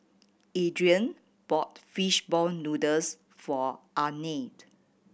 Adrain bought fish ball noodles for Ardeth